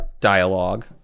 dialogue